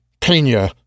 Pena